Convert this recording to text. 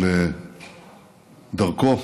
של דרכו